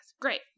great